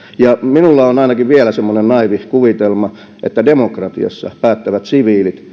minulla on ainakin vielä semmoinen naiivi kuvitelma että demokratiassa päättävät siviilit